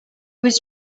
was